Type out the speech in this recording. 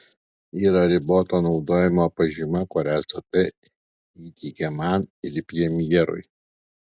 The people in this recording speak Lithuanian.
yra riboto naudojimo pažyma kurią stt įteikė man ir premjerui